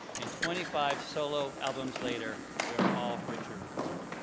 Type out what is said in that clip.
and twenty five solo albums later we are all richer for it.